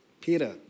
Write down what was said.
Peter